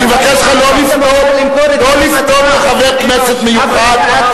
אני מבקש ממך לא לפנות לחבר כנסת מיוחד,